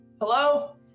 hello